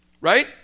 Right